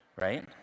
right